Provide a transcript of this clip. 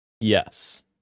Yes